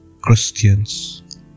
Christians